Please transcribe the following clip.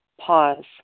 Pause